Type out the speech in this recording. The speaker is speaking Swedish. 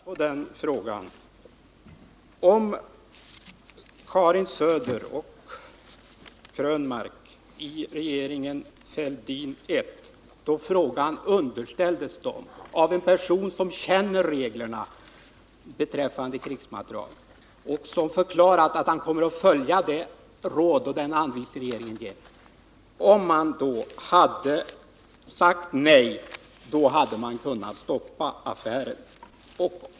Herr talman! Jag har svarat på den frågan. Om Karin Söder och Eric Krönmark i regeringen Fälldin I då frågan underställdes dem av en person som känner reglerna beträffande krigsmateriel och som förklarat att han kommer att följa de anvisningar regeringen ger, hade sagt nej, hade man kunnat stoppa affären.